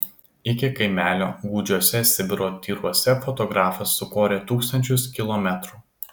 iki kaimelio gūdžiuose sibiro tyruose fotografas sukorė tūkstančius kilometrų